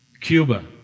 Cuba